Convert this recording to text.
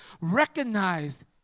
recognize